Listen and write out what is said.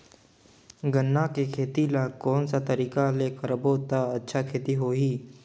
गन्ना के खेती ला कोन सा तरीका ले करबो त अच्छा होही?